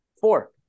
Four